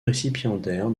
récipiendaire